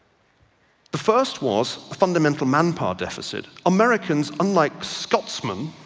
the first was a fundamental manpower deficit. americans unlike scotsman